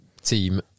team